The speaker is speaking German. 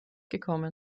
gekommen